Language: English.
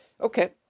Okay